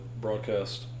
broadcast